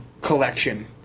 collection